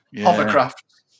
hovercraft